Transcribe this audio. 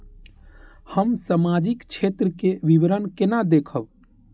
हम सामाजिक क्षेत्र के विवरण केना देखब?